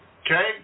Okay